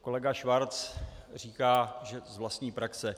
Kolega Schwarz říká, že z vlastní praxe.